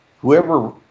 whoever